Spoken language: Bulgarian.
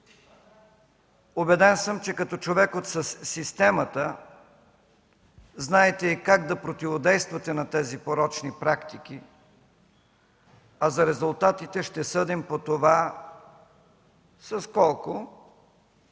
Убеден съм, че като човек от системата знаете и как да противодействате на тези порочни практики, а за резултатите ще съдим по това с колко